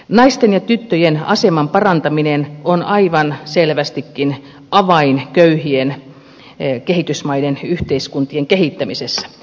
naisten ja tyttöjen aseman parantaminen on aivan selvästikin avain köyhien kehitysmaiden yhteiskuntien kehittämisessä